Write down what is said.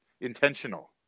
intentional